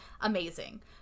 amazing